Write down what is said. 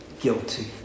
guilty